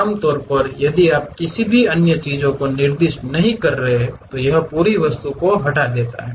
आमतौर पर यदि आप किसी भी अन्य चीजों को निर्दिष्ट नहीं कर रहे हैं तो यह पूरी वस्तु को हटा देता है